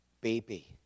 baby